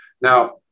Now